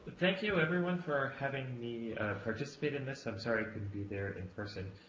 thank you everyone for having me participate in this, i'm sorry i couldn't be there in person.